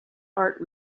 art